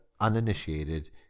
uninitiated